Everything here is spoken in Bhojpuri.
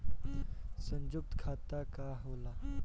सयुक्त खाता का होला?